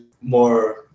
more